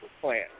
plan